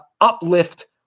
uplift